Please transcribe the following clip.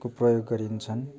को प्रयोग गरिन्छन्